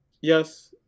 Yes